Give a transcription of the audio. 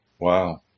Wow